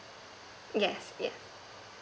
yes yes